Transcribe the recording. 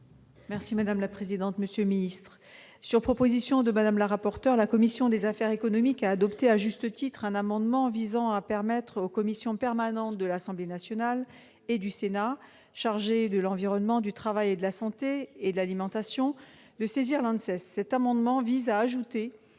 : La parole est à Mme Angèle Préville. Sur la proposition de Mme la rapporteur, la commission des affaires économiques a adopté, à juste titre, un amendement visant à permettre aux commissions permanentes de l'Assemblée nationale et du Sénat chargées de l'environnement, du travail, de la santé et de l'alimentation de saisir l'ANSES.